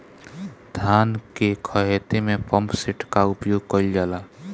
धान के ख़हेते में पम्पसेट का उपयोग कइल जाला?